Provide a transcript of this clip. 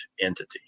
entity